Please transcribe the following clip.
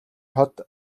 хот